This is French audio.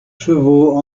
chevaux